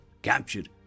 captured